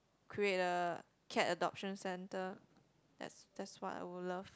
create a cat adoption centre that's that's what I would love